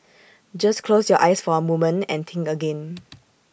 just close your eyes for A moment and think again